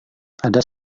ada